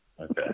Okay